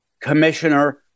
commissioner